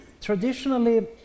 traditionally